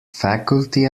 faculty